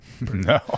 No